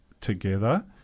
together